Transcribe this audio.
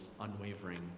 unwavering